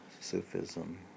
Sufism